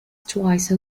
twice